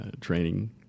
training